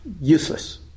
Useless